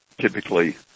typically